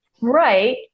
Right